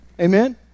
Amen